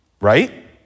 Right